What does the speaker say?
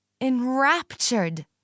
enraptured